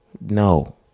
No